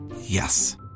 Yes